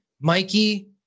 mikey